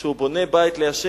שהוא בונה בית לה',